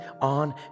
on